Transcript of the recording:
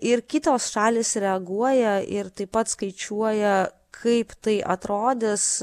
ir kitos šalys reaguoja ir taip pat skaičiuoja kaip tai atrodys